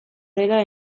dela